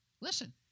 listen